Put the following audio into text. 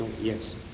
Yes